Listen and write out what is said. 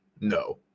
no